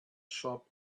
shop